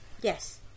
Yes